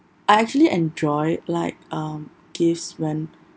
I actually enjoy like um gifts when